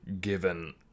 given